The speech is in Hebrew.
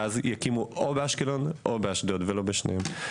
ויקימו באשקלון או באשדוד ולא בשתיהן.